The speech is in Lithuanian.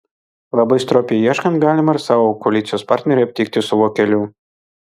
labai stropiai ieškant galima ir savo koalicijos partnerį aptikti su vokeliu